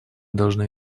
должны